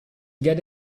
get